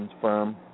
firm